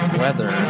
weather